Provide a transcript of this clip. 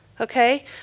okay